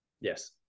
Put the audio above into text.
Yes